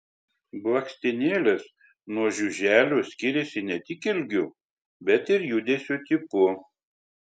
blakstienėlės nuo žiuželių skiriasi ne tik ilgiu bet ir judesio tipu